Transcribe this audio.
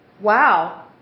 Wow